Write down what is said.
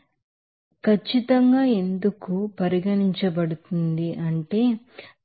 ఇది ఖచ్చితంగా ఎందుకు ఖచ్చితంగా పరిగణించబడుతుంది ఎందుకంటే